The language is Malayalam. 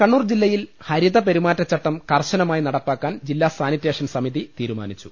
കണ്ണൂർ ജില്ലയിൽ ഹരിതപെരുമാറ്റച്ചട്ടം കർശനമായി നടപ്പാ ക്കാൻ ജില്ലാ സാനിറ്റേഷൻ സമിതി തീരുമാനിച്ചു